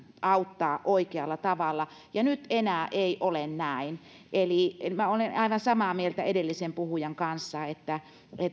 auttaa oikealla tavalla ja nyt enää ei ole näin eli minä olen aivan samaa mieltä edellisen puhujan kanssa että